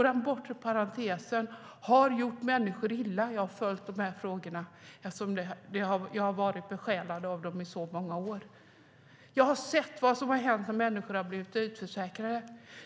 Den bortre parentesen har gjort människor illa. Jag har följt de här frågorna, eftersom jag har varit besjälad av dem i så många år, och jag har sett vad som har hänt när människor har blivit utförsäkrade.